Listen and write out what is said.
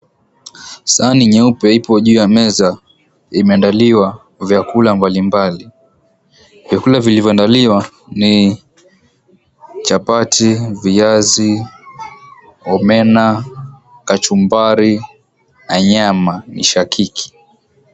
Sahani nyeupe ilo juu ya meza, imeandaliwa vyakula mbali mbali vyakula vilivyoandaliwa ni chapati, viazi, omena, kachumbari na nyama mishakiki.